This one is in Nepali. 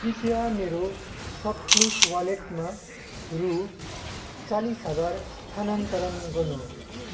कृपया मेरो सपक्लुज वालेटमा रु चालिस हजार स्थानान्तरण गर्नुहोस्